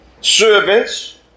servants